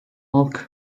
halk